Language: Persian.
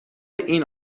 این